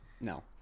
no